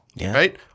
right